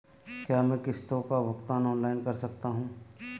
क्या मैं किश्तों का भुगतान ऑनलाइन कर सकता हूँ?